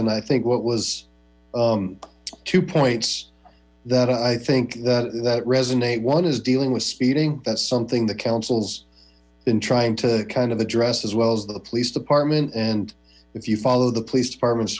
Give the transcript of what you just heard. and i think what was two points that i think that resonate one is dealing with speeding that's something that counsels then trying to kind of address as well as the police department and if you follow the police department